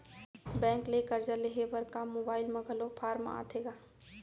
Bank ले करजा लेहे बर का मोबाइल म घलो फार्म आथे का?